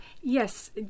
Yes